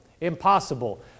Impossible